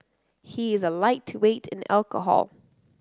he is a lightweight in alcohol